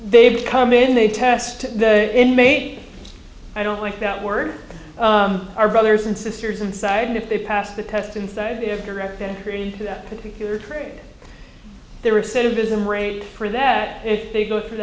they've come in they test the inmate i don't like that word our brothers and sisters inside and if they pass the test inside their direct entry into that particular trait they're a citizen rate for that if they go through